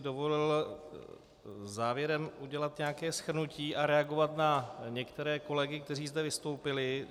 Dovolil bych si závěrem udělat nějaké shrnutí a reagovat na některé kolegy, kteří zde vystoupili.